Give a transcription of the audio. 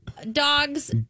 dog's